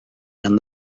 and